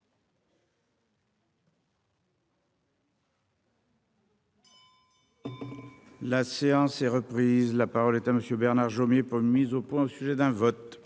La séance est reprise, la parole est à monsieur Bernard Jomier pour mise au point au sujet d'un vote.